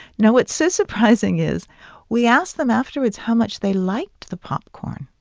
now, what's so surprising is we asked them afterwards how much they liked the popcorn.